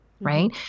right